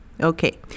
Okay